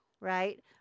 right